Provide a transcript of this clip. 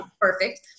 Perfect